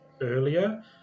earlier